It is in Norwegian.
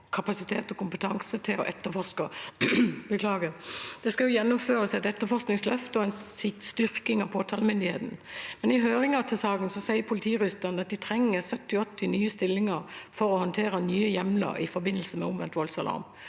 kapasitet og kompetanse til å etterforske (…). Det skal også gjennomføres et etterforskningsløft og en styrking av påtalemyndigheten.» I høringen til saken sier imidlertid politijuristene at de trenger 70–80 nye stillinger for å håndtere nye hjemler i forbindelse med omvendt voldsalarm.